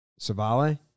Savale